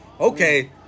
okay